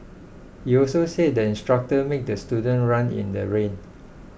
he also said the instructor made the student run in the rain